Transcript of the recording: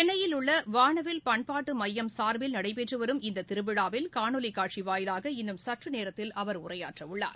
சென்னையில் உள்ள வானவில் பண்பாட்டு மையம் சார்பில் நடைபெற்று வரும் இந்த திருவிழாவில் காணொலிக் காட்சி வாயிலாக இன்னும் சற்றுநேரத்தில் அவர் உரையாற்றவுள்ளார்